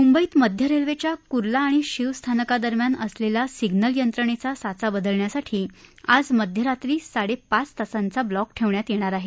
मुंबईत मध्य रेल्वेच्या कुर्ला आणि शीव स्थानकादरम्यान असलेला सिग्नल यंत्रणेचा साचा बदलण्यासाठी आज मध्यरात्री साडेपाच तासांचा ब्लॉक ठेवण्यात येणार आहे